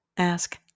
Ask